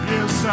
Yes